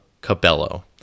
Cabello